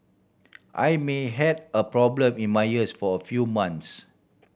I may had a problem in my ears for a few months